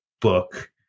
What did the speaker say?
book